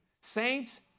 saints